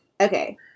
okay